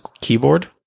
keyboard